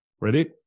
Ready